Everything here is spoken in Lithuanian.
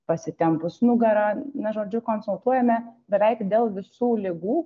pasitempus nugarą na žodžiu konsultuojame beveik dėl visų ligų